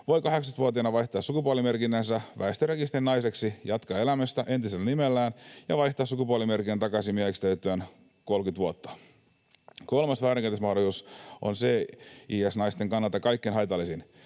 voi 18-vuotiaana vaihtaa sukupuolimerkintänsä väestörekisteriin naiseksi, jatkaa elämistä entisellä nimellään ja vaihtaa sukupuolimerkinnän takaisin mieheksi täytettyään 30 vuotta. Kolmas väärinkäytösmahdollisuus on cis-naisten kannalta kaikkein haitallisin.